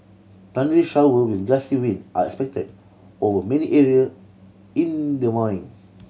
thundery shower with gusty wind are expected over many area in the morning